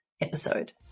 episode